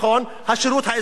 השירות האזרחי הזה,